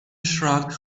shrugged